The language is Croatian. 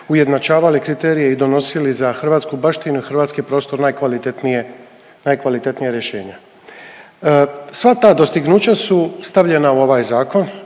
ujednačavali kriterije i donosili za hrvatsku baštinu, hrvatski prostor najkvalitetnije, najkvalitetnija rješenja. Sva ta dostignuća su stavljena u ovaj zakon.